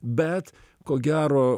bet ko gero